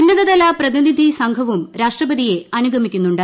ഉന്നതതല പ്രതിനിധി സംഘവും രാഷ്ട്രപതിയെ അനുഗമിക്കുന്നുണ്ട്